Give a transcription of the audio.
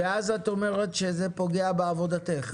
את אומרת שזה פוגע בעבודתך.